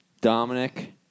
Dominic